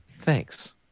Thanks